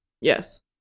Yes